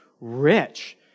rich